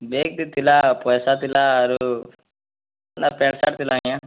ବ୍ୟାଗ୍ରେ ଥିଲା ପଏସା ଥିଲା ଆରୁ ଥିଲା ପ୍ୟାଣ୍ଟ୍ ଶାର୍ଟ୍ ଥିଲା ଆଜ୍ଞା